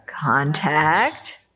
Contact